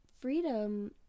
freedom